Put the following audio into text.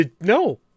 No